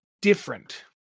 different